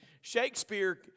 Shakespeare